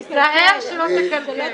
תיזהר שלא תקלקל.